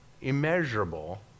immeasurable